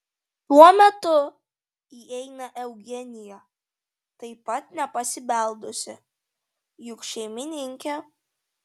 tuo metu įeina eugenija taip pat nepasibeldusi juk šeimininkė